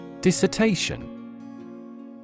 Dissertation